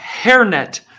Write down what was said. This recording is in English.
hairnet